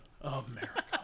America